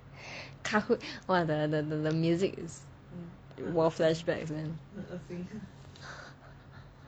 kahoot !wah! the the the music is !wah! flashbacks man